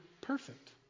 perfect